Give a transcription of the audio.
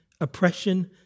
oppression